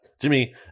Jimmy